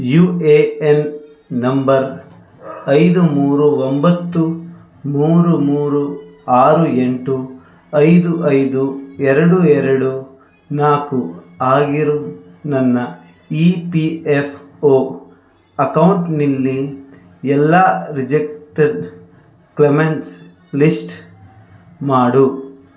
you A N number ಐದು ಮೂರು ಒಂಬತ್ತು ಮೂರು ಮೂರು ಆರು ಎಂಟು ಐದು ಐದು ಎರಡು ಎರಡು ನಾಲ್ಕು ಆಗಿರು ನನ್ನ ಇ ಪಿ ಎಫ್ ಓ ಅಕೌಂಟ್ನಿಲ್ಲಿ ಎಲ್ಲಾ ರಿಜೆಕ್ಟೆಡ್ ಕ್ಲೆಮೆನ್ಸ್ ಲಿಸ್ಟ್ ಮಾಡು